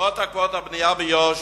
למרות הקפאת הבנייה ביו"ש,